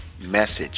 message